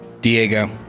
Diego